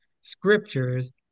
scriptures